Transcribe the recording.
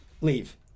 leave